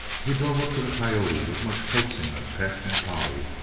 he drove up to the coyote with much coaxing of pet and polly,